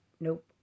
Nope